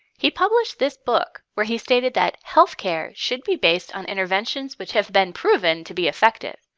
he published this book where he stated that health care should be based on interventions which have been proven to be effective,